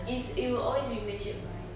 is it will always be measured by